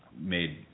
made